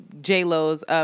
J-Lo's